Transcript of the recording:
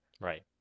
Right